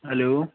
hello